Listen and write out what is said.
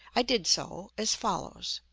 i did so, as follows